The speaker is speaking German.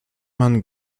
man